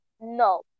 No